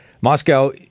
Moscow